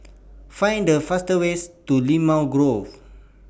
Find The faster ways to Limau Grove